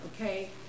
Okay